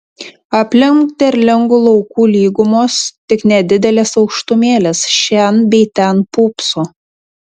aplink derlingų laukų lygumos tik nedidelės aukštumėlės šen bei ten pūpso